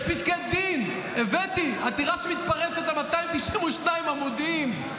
יש פסקי דין, הבאתי, עתירה שמתפרסת על 292 עמודים.